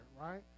right